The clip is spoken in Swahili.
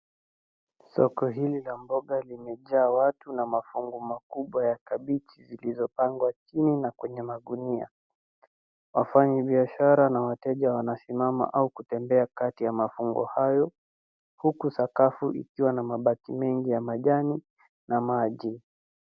Soko hili la mboga limejaa watu na mafungu makubwa ya kabiji zilizopangwa chini na kwenye magunia. Wafanyi biashara na wateja wanasimama au kutembea kati ya mafungu hayo, huku sakafu ikiwa na mabaki mengi ya majani na maji.